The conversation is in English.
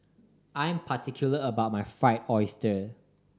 I'm particular about my Fried Oyster